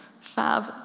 Fab